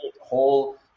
whole